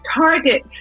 target